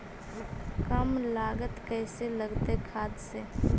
कम लागत कैसे लगतय खाद से?